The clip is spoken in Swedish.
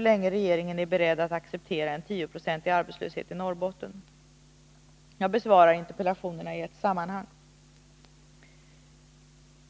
länge regeringen är beredd att acceptera en tioprocentig arbetslöshet i Norrbotten. Jag besvarar interpellationerna i ett sammanhang.